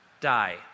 Die